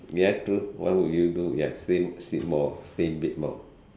ya true what will you do ya same sleep more stay in bed more